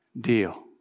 deal